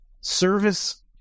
Service